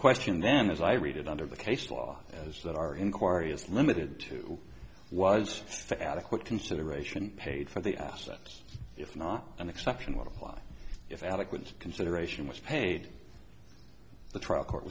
question then as i read it under the case law as that our inquiry is limited to was that adequate consideration paid for the assets if not an exception would apply if adequate consideration was paid the trial court